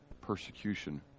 persecution